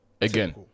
Again